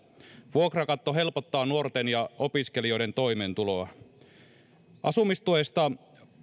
vuokrakatto helpottaa nuorten ja opiskelijoiden toimeentuloa puhuttaessa asumistuesta